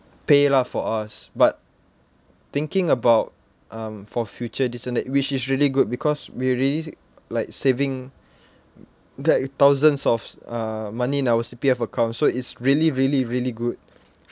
pay lah for us but thinking about um for future this and that which is really good because we really s~ like saving like thousands of uh money in our C_P_F accounts so it's really really really good